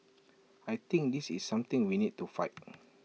I think this is something we need to fight